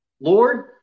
Lord